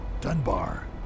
Dunbar